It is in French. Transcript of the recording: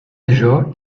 déjà